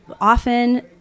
often